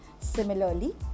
similarly